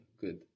Good